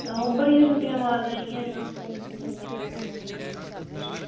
ओह् बड़ियां छुट्टिया मारदा इ'यां बी ओह्